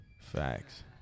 Facts